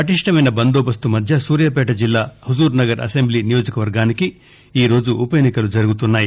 పటిష్ణమైన బందోబస్తు మధ్య సూర్యాపేట జిల్లా హుజూర్నగర్ అసెంబ్లీ నియోజకవర్గానికి ఈ రోజు ఉప ఎన్నికలు జరుగుతున్నాయి